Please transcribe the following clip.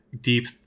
deep